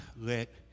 let